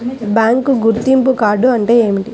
Bank గుర్తింపు card అంటే ఏమిటి?